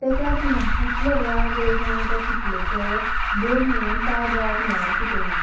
तेका लागून म्हाका इतलो राग येल जाणा त्या किटलेचो दोन म्हयन्यांनी पाड जावप म्हळ्यार कितें